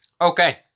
Okay